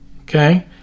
okay